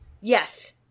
Yes